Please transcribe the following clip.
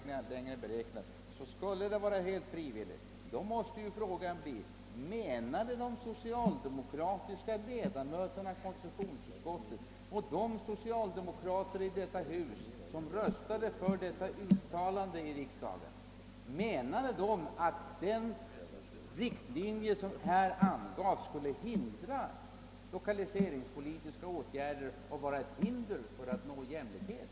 tiden längre än beräknat, skulle vara helt frivillig, uppstår frågan om de socialdemokratiska ledamöterna av konstitutionsutskottet och de socialdemokrater i detta hus, som röstade för konstitutionsutskottets uttalande härom i riksdagen, menade att den riktlinje som härmed angavs skulle hindra lokaliseringspolitiska åtgärder och vara ett hinder för uppnående av jämlikhet?